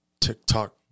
TikTok